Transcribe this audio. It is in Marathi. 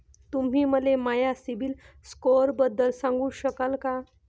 तुम्ही मले माया सीबील स्कोअरबद्दल सांगू शकाल का?